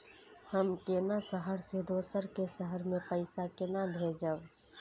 हम केना शहर से दोसर के शहर मैं पैसा केना भेजव?